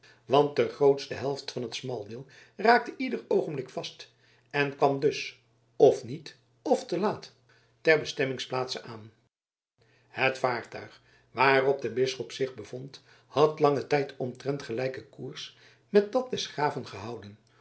want de grootste helft van het smaldeel raakte ieder oogenblik vast en kwam dus f niet f te laat ter bestemmingsplaatse aan het vaartuig waarop de bisschop zich bevond had langen tijd omtrent gelijken koers met dat des graven gehouden